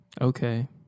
Okay